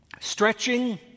stretching